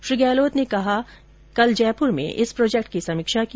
श्री गहलोत ने कल जयपूर में इस प्रोजेक्ट की समीक्षा की